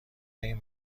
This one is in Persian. این